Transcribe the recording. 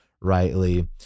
rightly